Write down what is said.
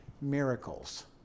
miracles